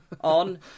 on